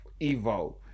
EVO